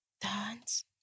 Dance